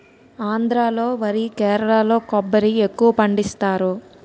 ఆంధ్రా లో వరి కేరళలో కొబ్బరి ఎక్కువపండిస్తారు